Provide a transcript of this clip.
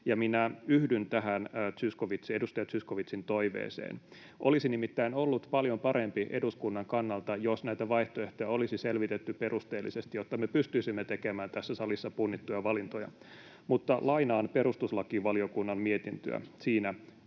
minä yhdyn tähän edustaja Zyskowiczin toiveeseen. Olisi nimittäin ollut paljon parempi eduskunnan kannalta, jos näitä vaihtoehtoja olisi selvitetty perusteellisesti, jotta me pystyisimme tekemään tässä salissa punnittuja valintoja. Lainaan perustuslakivaliokunnan lausuntoa, siinä